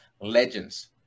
legends